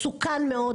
מסוכן מאוד,